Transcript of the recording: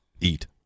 eat